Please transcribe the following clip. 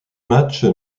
match